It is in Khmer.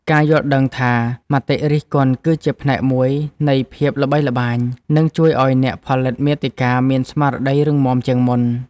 ការយល់ដឹងថា មតិរិះគន់គឺជាផ្នែកមួយនៃភាពល្បីល្បាញ នឹងជួយឱ្យអ្នកផលិតមាតិកាមានស្មារតីរឹងមាំជាងមុន។